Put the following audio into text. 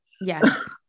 Yes